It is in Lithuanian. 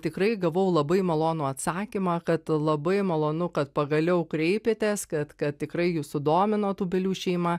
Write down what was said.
tikrai gavau labai malonų atsakymą kad labai malonu kad pagaliau kreipėtės kad kad tikrai jus sudomino tūbelių šeima